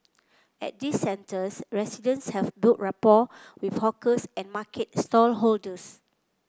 at these centres residents have built rapport with hawkers and market stallholders